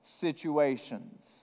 situations